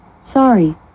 Sorry